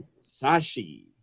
Sashi